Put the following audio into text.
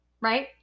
right